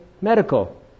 Medical